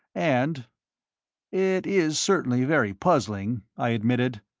and it is certainly very puzzling, i admitted.